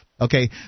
Okay